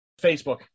Facebook